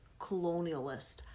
colonialist